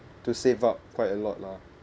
to save up quite a lot lah